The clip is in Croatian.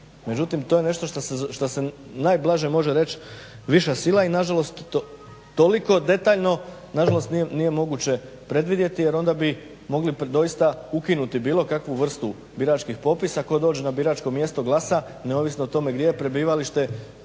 Međutim to je nešto što se najblaže može reći viša sila i nažalost toliko detaljno nažalost nije moguće predvidjeti jer bi onda mogli doista ukinuti bilo kakvu vrstu biračkih popisa koja biračko mjesto glada neovisno o tome gdje je prebivalište